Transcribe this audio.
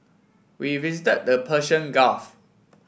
we visit the Persian Gulf